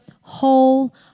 whole